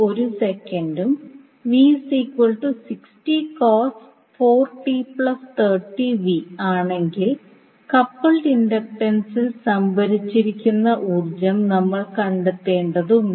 ഉം ആണെങ്കിൽ കപ്പിൾഡ് ഇൻഡക്റ്റൻസിൽ സംഭരിച്ചിരിക്കുന്ന ഊർജ്ജം നമ്മൾ കണ്ടെത്തേണ്ടതുണ്ട്